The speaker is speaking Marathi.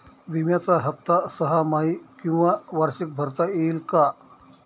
विम्याचा हफ्ता सहामाही किंवा वार्षिक भरता येईल का?